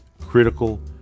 critical